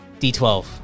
D12